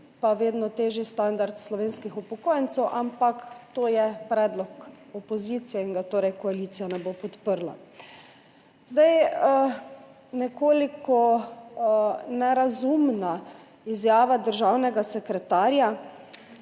in vedno težji standard slovenskih upokojencev, ampak to je predlog opozicije in ga torej koalicija ne bo podprla. Nekoliko nerazumna izjava državnega sekretarja,